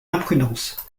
imprudence